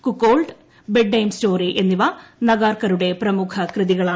cuckold bedtime story എന്നിവ നഗാർക്കറുടെ പ്രമുഖ കൃതികളാണ്